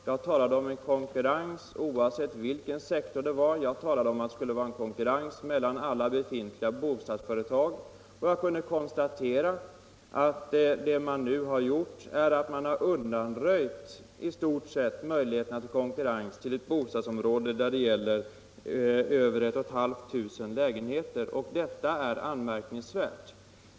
Jag talade om en konkurrens oavsett vilken sektor det är fråga om, jag sade att det skulle vara en konkurrens mellan alla befintliga bostadsföretag, och jag kunde konstatera att vad man nu gjort är att man i stort sett undanröjt möjligheterna till konkurrens när det gäller ett bostadsområde där det skall byggas över 1 500 lägenheter. Detta är anmärkningsvärt.